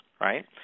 right